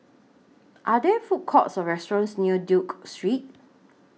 Are There Food Courts Or restaurants near Duke Street